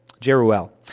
Jeruel